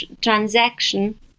transaction